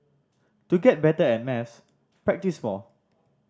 to get better at maths practise more